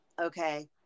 okay